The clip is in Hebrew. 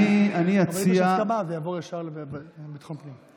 ברגע שיש הסכמה, זה יעבור ישר לביטחון הפנים.